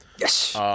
Yes